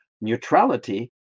neutrality